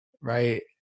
right